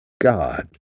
God